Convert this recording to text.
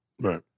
Right